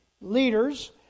leaders